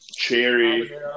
cherry